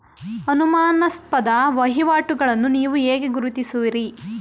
ಅನುಮಾನಾಸ್ಪದ ವಹಿವಾಟುಗಳನ್ನು ನೀವು ಹೇಗೆ ಗುರುತಿಸುತ್ತೀರಿ?